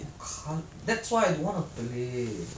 kha~ that's why I don't want to play